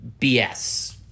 BS